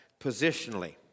positionally